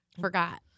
Forgot